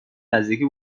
نزدیکی